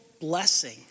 blessing